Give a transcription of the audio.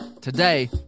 today